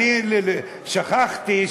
אני שכחתי,